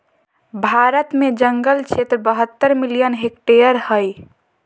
भारत में जंगल क्षेत्र बहत्तर मिलियन हेक्टेयर हइ